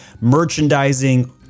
merchandising